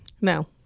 No